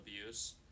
abuse